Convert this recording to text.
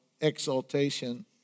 exaltation